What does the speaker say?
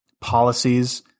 policies